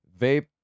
vape